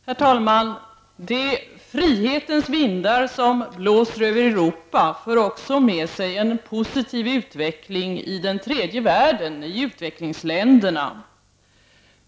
Herr talman! De frihetens vindar som blåser över Europa för också med sig en positiv utveckling i den tredje världen, i utvecklingsländerna.